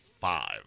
five